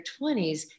20s